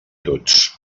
tots